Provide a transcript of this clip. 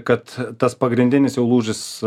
kad tas pagrindinis jau lūžis